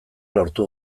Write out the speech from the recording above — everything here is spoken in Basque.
lortu